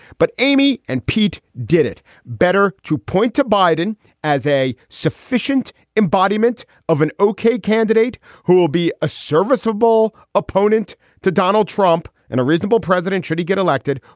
but amy and pete did it better to point to biden as a sufficient embodiment of an okay candidate who will be a serviceable opponent to donald trump and a reasonable president should he get elected.